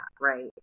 right